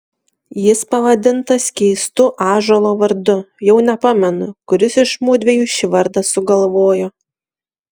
jis pavadintas keistu ąžuolo vardu jau nepamenu kuris iš mudviejų šį vardą sugalvojo